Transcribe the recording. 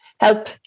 help